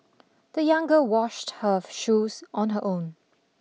the young girl washed her shoes on her own